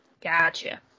Gotcha